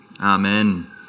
Amen